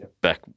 back